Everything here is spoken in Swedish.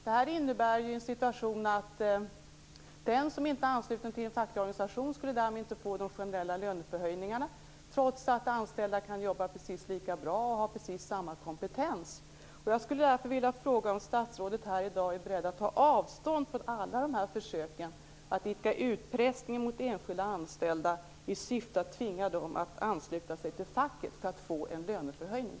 Det innebär ju att den som inte är ansluten till en facklig organisation inte skulle få de generella löneförhöjningarna, trots att de anställda kan jobba precis lika bra och har precis samma kompetens. Jag vill därför fråga om statsrådet här i dag är beredd att ta avstånd från alla försök att idka utpressning mot enskilda anställda i syfte att tvinga dem att ansluta sig till facket för att få en löneförhöjning.